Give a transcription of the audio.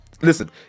listen